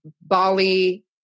Bali